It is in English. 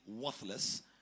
worthless